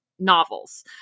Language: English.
novels